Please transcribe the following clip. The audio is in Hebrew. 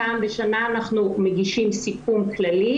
פעם בשנה אנחנו מגישים סיכום כללי.